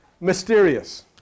Mysterious